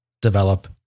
develop